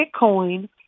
Bitcoin